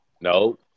No